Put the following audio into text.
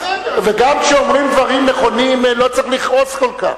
וגם כשאומרים דברים נכונים, לא צריך לכעוס כל כך.